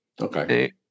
Okay